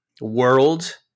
world